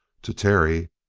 to terry,